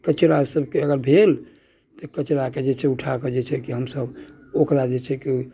कचरा सबके अगर भेल तऽ कचराके जे छै उठाके जे छै कि हमसब ओकरा जे छै कि